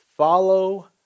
follow